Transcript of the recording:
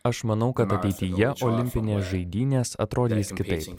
aš manau kad ateityje olimpinės žaidynės atrodys kitaip